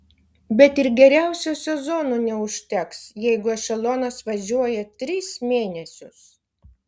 bet ir geriausio sezono neužteks jeigu ešelonas važiuoja tris mėnesius